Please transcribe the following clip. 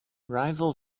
rival